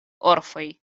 orfoj